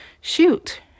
Shoot